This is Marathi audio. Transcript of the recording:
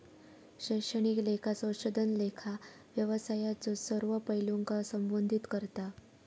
शैक्षणिक लेखा संशोधन लेखा व्यवसायाच्यो सर्व पैलूंका संबोधित करता